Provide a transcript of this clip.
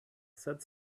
said